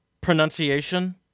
pronunciation